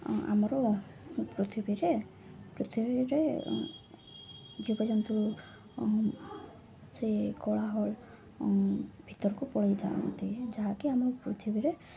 ଆମର ପୃଥିବୀରେ ପୃଥିବୀରେ ଜୀବଜନ୍ତୁ ସେ କୋଳାହଳ ଭିତରକୁ ପଳାଇ ଯାଆନ୍ତି ଯାହାକି ଆମ ପୃଥିବୀରେ